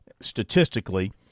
statistically